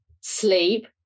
sleep